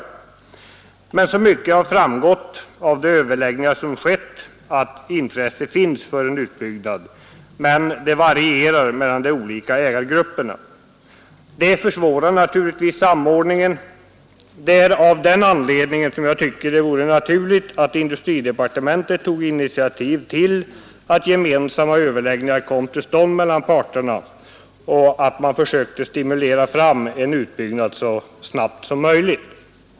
Men så mycket har framgått av de överläggningar som skett att intresse finns för en utbyggnad men att det varierar mellan de olika ägargrupperna. Det försvårar naturligtvis samordningen. Det är av den anledningen som jag tycker att det vore naturligt att industridepartementet tog initiativ till att gemensamma överläggningar kom till stånd mellan parterna och att man försökte stimulera fram en utbyggnad så snart som möjligt.